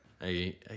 Hey